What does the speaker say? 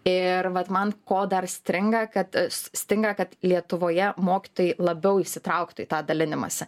ir vat man ko dar stringa kad stinga kad lietuvoje mokytojai labiau įsitrauktų į tą dalinimąsi